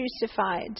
crucified